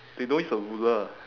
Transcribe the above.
they don't use a ruler